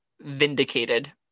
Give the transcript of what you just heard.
vindicated